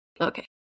Okay